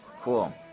Cool